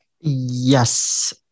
Yes